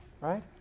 right